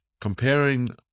comparing